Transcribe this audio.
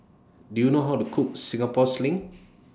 Do YOU know How to Cook Singapore Sling